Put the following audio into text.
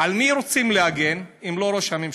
על מי רוצים להגן, אם לא על ראש הממשלה?